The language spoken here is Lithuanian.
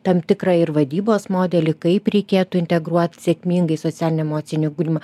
tam tikrą ir vadybos modelį kaip reikėtų integruot sėkmingai socialinį emocinį ugdymą